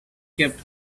kept